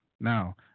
Now